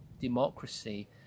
democracy